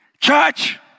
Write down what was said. Church